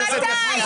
ממתי?